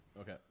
Okay